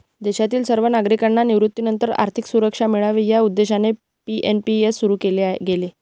देशातील सर्व नागरिकांना निवृत्तीनंतर आर्थिक सुरक्षा मिळावी या उद्देशाने एन.पी.एस सुरु केले गेले